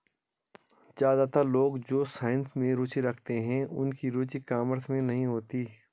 ज्यादातर लोग जो साइंस में रुचि रखते हैं उनकी रुचि कॉमर्स में नहीं होती